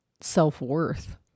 self-worth